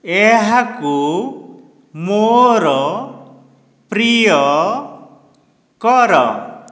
ଏହାକୁ ମୋର ପ୍ରିୟ କର